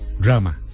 Drama